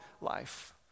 life